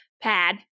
pad